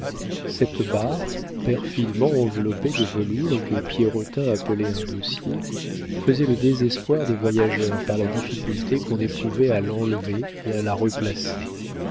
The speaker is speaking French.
cette barre perfidement enveloppée de velours et que pierrotin appelait un dossier faisait le désespoir des voyageurs par la difficulté qu'on éprouvait à l'enlever et à la replacer